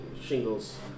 shingles